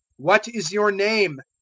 what is your name?